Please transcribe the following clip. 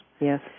Yes